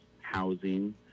housing